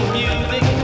music